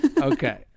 Okay